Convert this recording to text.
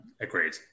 Agreed